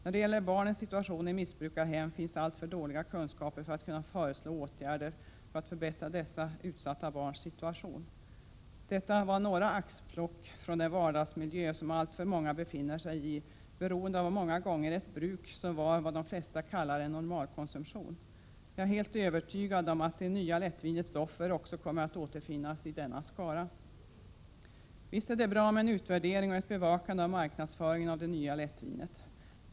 När det gäller barnen i missbrukarhem finns alltför dåliga kunskaper för att kunna föreslå åtgärder som förbättrar dessa utsatta barns situation. Detta var några axplock från den vardagsmiljö som alltför många befinner sig i, beroende av ett bruk som många gånger är vad de flesta kallar en normalkonsumtion. Jag är helt övertygad om att det nya lättvinets offer också kommer att återfinnas i denna skara. Visst är det bra med en utvärdering och ett bevakande av marknadsföringen av det nya lättvinet.